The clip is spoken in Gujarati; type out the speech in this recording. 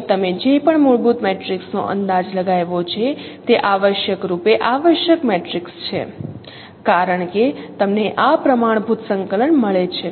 અને તમે જે પણ મૂળભૂત મેટ્રિક્સનો અંદાજ લગાવ્યો છે તે આવશ્યકરૂપે આવશ્યક મેટ્રિક્સ છે કારણ કે તમને આ પ્રમાણભૂત સંકલન મળે છે